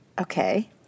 Okay